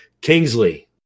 Kingsley